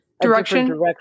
direction